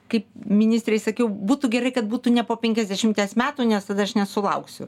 kaip ministrei sakiau būtų gerai kad būtų ne po penkiasdešimties metų nes tada aš nesulauksiu